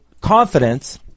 confidence